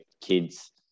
kids –